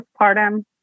postpartum